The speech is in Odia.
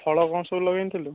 ଫଳ କ'ଣ ସବୁ ଲଗେଇଥିଲୁ